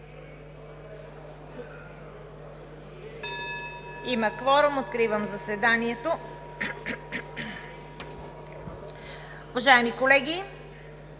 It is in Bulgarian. Има кворум. Откривам заседанието. Уважаеми колеги,